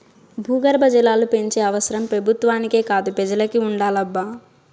భూగర్భ జలాలు పెంచే అవసరం పెబుత్వాలకే కాదు పెజలకి ఉండాలబ్బా